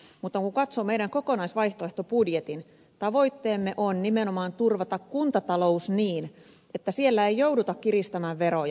mutta kun katsoo meidän kokonaisvaihtoehtobudjettiamme tavoitteemme on nimenomaan turvata kuntatalous niin että siellä ei jouduta kiristämään veroja